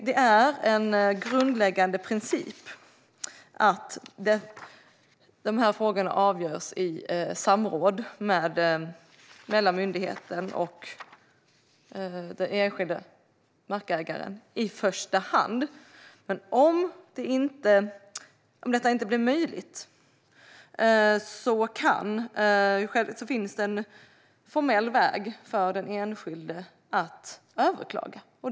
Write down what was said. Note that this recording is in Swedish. Det är en grundläggande princip att dessa frågor avgörs i samråd mellan myndigheten och den enskilde markägaren i första hand. Men om detta inte blir möjligt finns det en formell väg för den enskilde att överklaga.